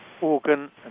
organ